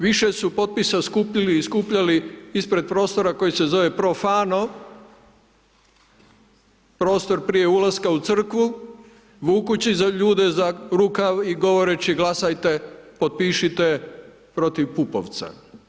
Više su potpisa skupili i skupljali ispred prostora koji se zove profano, prostor prije ulaska u crkvu, vukući ljude za rukav i govoreći glasajte, potpišite protiv Pupovca.